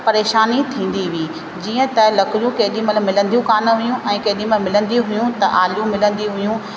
परेशानी थींदी हुई जीअं त लकड़ियूं केॾीमहिल मिलंदियूं काम हुयूं त केॾीमहिल आलियूं मिलंदियूं हुयूं